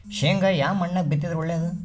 ಶೇಂಗಾ ಯಾ ಮಣ್ಣಾಗ ಬಿತ್ತಿದರ ಒಳ್ಳೇದು?